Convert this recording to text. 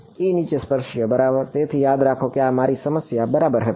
ઇ સ્પર્શિય બરાબર તેથી યાદ રાખો કે આ મારી સમસ્યા બરાબર હતી